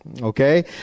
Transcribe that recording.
okay